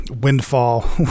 windfall